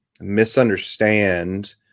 misunderstand